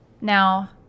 Now